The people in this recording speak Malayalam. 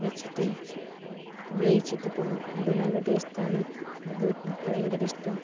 വെച്ചിറ്റ് വേവിച്ചിറ്റ് തിന്നും അത് നല്ല ടേസ്റ്റാന്ന് അത് എനിക്ക് ഭയങ്കര ഇഷ്ട്ടം